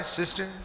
sister